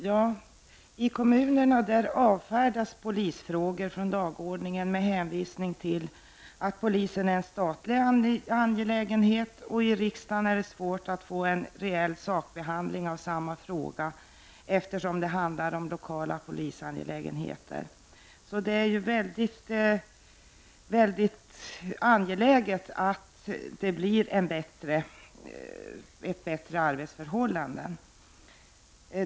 Herr talman! I kommunerna avförs polisfrågor från dagordningen med hänvisningen att de är en statlig angelägenhet och att det i riksdagen är svårt att få en rejäl sakbehandling av polisfrågor, eftersom det handlar om lokala polisangelägenheter. Det är då väldigt viktigt att det blir bättre arbetsförhållanden.